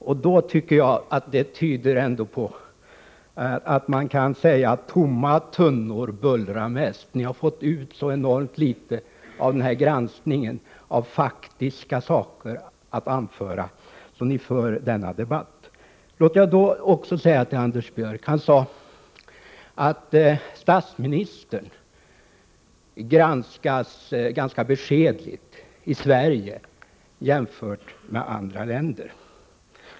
Ert agerande i dag tyder därför på att vi här kan använda ordspråket ”tomma tunnor skramlar mest”. Ni har av utskottets granskning fått ut så enormt få faktiska saker att anföra mot regeringen att ni i stället för denna debatt. Anders Björck sade att Sveriges statsminister var föremål för en ganska beskedlig granskning jämfört med regeringschefer i andra länder.